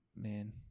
Man